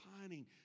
pining